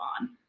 on